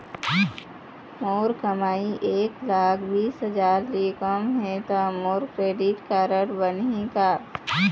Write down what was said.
मोर कमाई एक लाख बीस हजार ले कम हे त मोर क्रेडिट कारड बनही का?